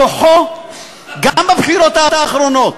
כוחו, גם בבחירות האחרונות,